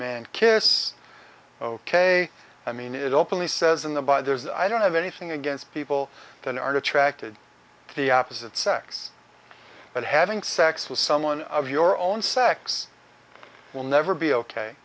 man kiss ok i mean it openly says in the buy there's i don't have anything against people than art attracted to the opposite sex but having sex with someone of your own sex will never be ok